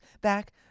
back